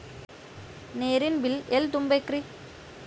ನೇರಿನ ಬಿಲ್ ಎಲ್ಲ ತುಂಬೇಕ್ರಿ?